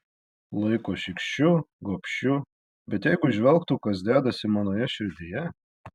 laiko šykščiu gobšiu bet jeigu įžvelgtų kas dedasi manoje širdyje